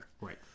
Right